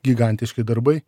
gigantiškai darbai